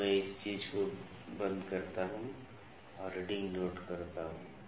अब मैं इस चीज़ को बंदकरता हूँ और रीडिंग नोट करता हूँ